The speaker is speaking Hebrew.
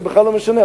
זה בכלל לא משנה,